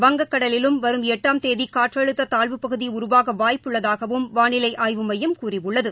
வங்கக்கடலிலும் வரும் எட்டாம் தேதி காற்றழுத்த தாழ்வு பகுதி உருவாக வாய்ப்புள்ளதாகவும் வானிலை ஆய்வு மையம் கூறியுள்ளது